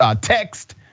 text